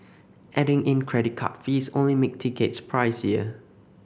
adding in credit card fees only make tickets pricier